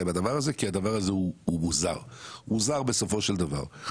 עם הדבר הזה כי הדבר הזו הוא מוזר בסופו של דבר.